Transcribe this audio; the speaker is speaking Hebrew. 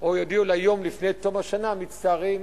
או שיודיעו יום לפני תום השנה: מצטערים,